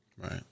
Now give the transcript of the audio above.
Right